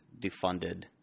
defunded